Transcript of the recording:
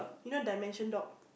you know Dalmatian dog